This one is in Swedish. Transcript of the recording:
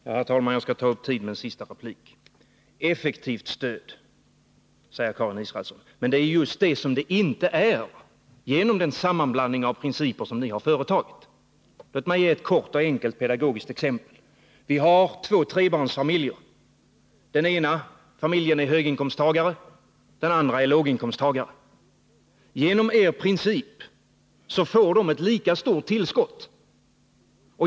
Herr talman! Jag skall ta upp tiden med en sista replik. Effektivt stöd talar Karin Israelsson om. Men det är just det som det inte är, till följd av den sammanblandning av principer som ni har företagit. Låt mig ge ett kort och enkelt pedagogiskt exempel. Vi har två trebarnsfamiljer. Den ena familjen är höginkomsttagare, den andra är låginkomsttagare. Genom er princip får de ett lika stort tillskott.